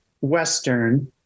western